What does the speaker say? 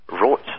wrote